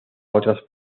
otras